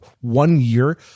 one-year